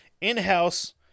in-house